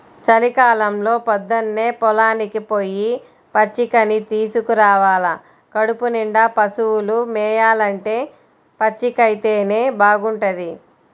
చలికాలంలో పొద్దన్నే పొలానికి పొయ్యి పచ్చికని తీసుకురావాల కడుపునిండా పశువులు మేయాలంటే పచ్చికైతేనే బాగుంటది